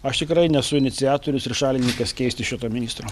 aš tikrai nesu iniciatorius ir šalininkas keisti šito ministro